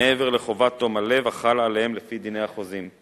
מעבר לחובת תום הלב החלה עליהם לפי דיני החוזים.